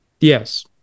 yes